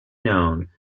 known